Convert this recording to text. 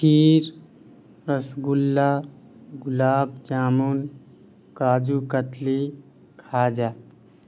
کھیر rasgulla gulab jamun kaju katli کھا جا